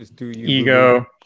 ego